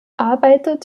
arbeitet